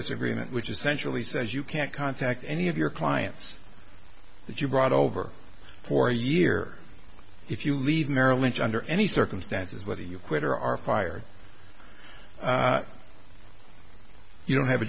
this agreement which essentially says you can't contact any of your clients that you've brought over for a year if you leave merrill lynch under any circumstances whether you quit or are fired you don't have a